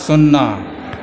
सुन्ना